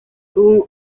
ubu